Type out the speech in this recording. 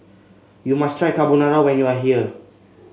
you must try Carbonara when you are here